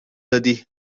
دادی